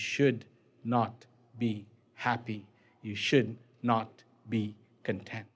should not be happy you should not be content